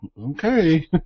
Okay